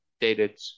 dated